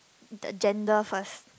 the gender first